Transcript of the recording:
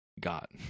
got